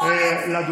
שרת הטכנולוגיה,